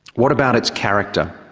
what about its character?